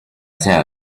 辖下